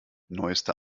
neueste